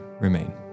remain